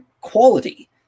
quality